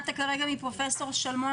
כפי ששמעת כרגע מפרופ' שלמון,